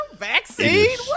Vaccine